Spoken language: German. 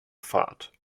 fahrt